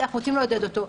אנחנו רוצים לעודד אותו.